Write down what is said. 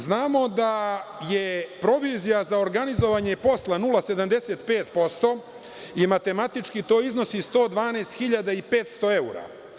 Znamo da je provizija za organizovanje posla 0,75% i matematički to iznosi 112.500 evra.